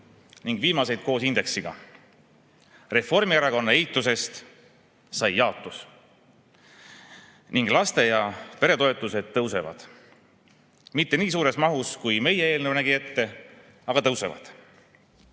ning viimaseid koos indeksiga. Reformierakonna eitusest sai jaatus ning laste- ja peretoetused tõusevad. Mitte nii suures mahus, kui meie eelnõu nägi ette, aga tõusevad.